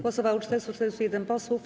Głosowało 441 posłów.